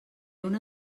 una